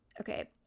okay